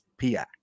pi